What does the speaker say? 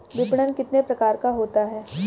विपणन कितने प्रकार का होता है?